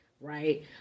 right